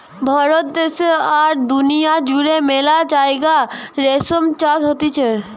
ভারত দ্যাশে আর দুনিয়া জুড়ে মেলা জাগায় রেশম চাষ হতিছে